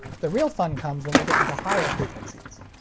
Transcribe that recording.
the real fun comes when we get into higher frequencies.